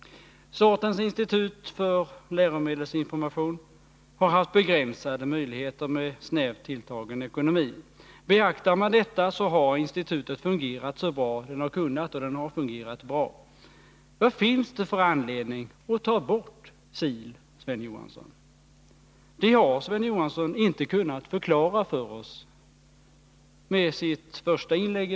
Statens institut för läromedelsinformation har haft begränsade möjligheter och en snävt tilltagen ekonomi. Beaktar man detta kommer man fram till att institutet har fungerat bra efter omständigheterna. Vad finns det för anledning att ta bort SIL, Sven Johansson? Det har Sven Johansson inte kunnat förklara för oss, i varje fall inte i sitt första inlägg.